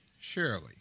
surely